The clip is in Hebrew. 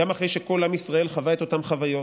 גם אחרי שכל עם ישראל חווה את אותן חוויות,